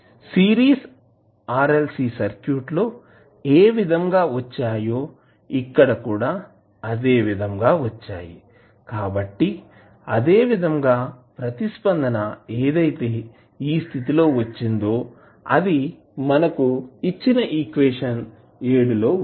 series RLC circuit లో ఏ విధంగా వచ్చాయో ఇక్కడ కూడా అదేవిధంగా వచ్చాయి కాబట్టి అదే విధంగా ప్రతిస్పందన ఏదైతే ఈ స్థితి లో వచ్చిందో అది మనకు ఇచ్చిన ఈక్వేషన్ లో వుంది